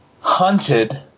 hunted